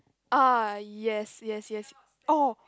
ah yes yes yes oh